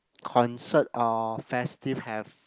concert or festive have